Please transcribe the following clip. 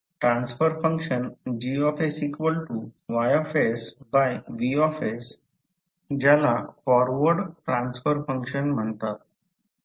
transfer function G YV ज्याला forward transfer function म्हणतात